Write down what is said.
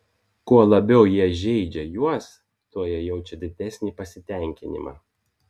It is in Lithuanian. kuo labiau jie žeidžia juos tuo jie jaučia didesnį pasitenkinimą